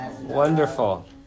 Wonderful